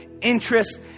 interest